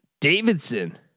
Davidson